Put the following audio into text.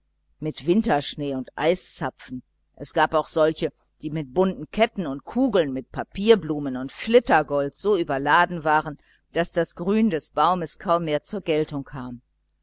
mit winterschnee und eiszapfen es gab auch solche die mit bunten ketten und kugeln mit papierblumen und flittergold so überladen waren daß das grün des baumes kaum mehr zur geltung kam